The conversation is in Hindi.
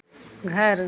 घर